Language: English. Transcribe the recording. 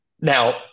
Now